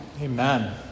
Amen